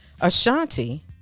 Ashanti